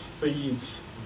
feeds